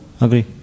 Agree